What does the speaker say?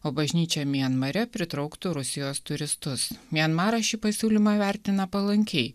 o bažnyčia mianmare pritrauktų rusijos turistus mianmaras šį pasiūlymą vertina palankiai